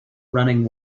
running